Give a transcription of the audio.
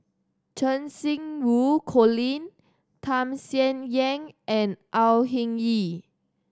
Cheng Xinru Colin Tham Sien Yen and Au Hing Yee